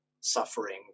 suffering